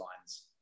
lines